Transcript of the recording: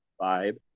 vibe